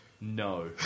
no